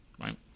right